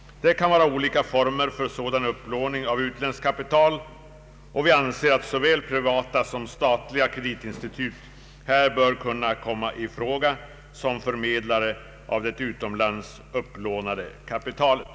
Det kan finnas olika former för upplåning av utländskt kapital. Vi anser att såväl privata som statliga kreditinstitut bör kunna komma i fråga som förmedlare av det utomlands upplånade kapitalet.